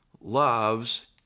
loves